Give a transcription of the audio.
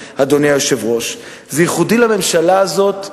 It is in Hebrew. זה ייחודי לממשלה הזאת,